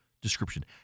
description